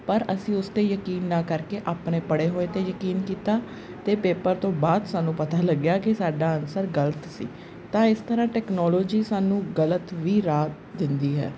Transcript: ਪਰ ਅਸੀਂ ਉਸ 'ਤੇ ਯਕੀਨ ਨਾ ਕਰਕੇ ਆਪਣੇ ਪੜ੍ਹੇ ਹੋਏ 'ਤੇ ਯਕੀਨ ਕੀਤਾ ਅਤੇ ਪੇਪਰ ਤੋਂ ਬਾਅਦ ਸਾਨੂੰ ਪਤਾ ਲੱਗਿਆ ਕਿ ਸਾਡਾ ਅਨਸਰ ਗਲਤ ਸੀ ਤਾਂ ਇਸ ਤਰ੍ਹਾਂ ਟੈਕਨੋਲੋਜੀ ਸਾਨੂੰ ਗਲਤ ਵੀ ਰਾਹ ਦਿੰਦੀ ਹੈ